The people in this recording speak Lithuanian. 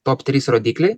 top trys rodikliai